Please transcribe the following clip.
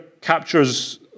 captures